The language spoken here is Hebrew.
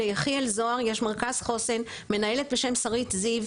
ליחיאל זוהר יש מרכז חוסן, מנהלת בשם שרית זיו.